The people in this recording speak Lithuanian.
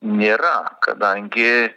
nėra kadangi